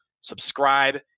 subscribe